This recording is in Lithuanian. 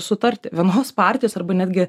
sutarti vienos partijos arba netgi